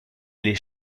les